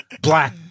Black